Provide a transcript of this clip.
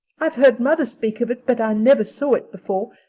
i've heard mother speak of it but i never saw it before,